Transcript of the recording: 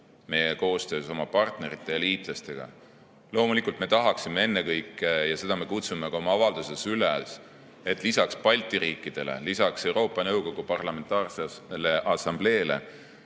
meie koostöös oma partnerite ja liitlastega. Loomulikult me tahaksime ennekõike – ja selleks me kutsume ka oma avalduses üles –, et lisaks Balti riikidele, lisaks Euroopa Nõukogu Parlamentaarsele Assambleele